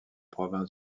province